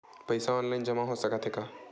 पईसा ऑनलाइन जमा हो साकत हे का?